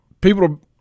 People